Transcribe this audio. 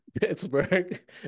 Pittsburgh